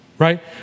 Right